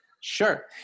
Sure